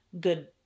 good